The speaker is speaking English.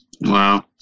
Wow